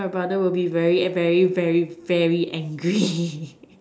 then my brother will be very very very very angry